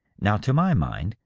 now, to my mind,